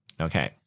Okay